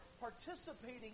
participating